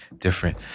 different